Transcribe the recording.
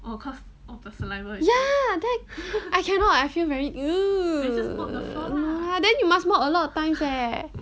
ya then I cannot I feel very ugh ya then you must mop a lot of times leh